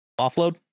offload